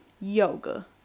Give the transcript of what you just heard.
yoga